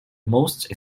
most